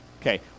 Okay